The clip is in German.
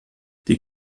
die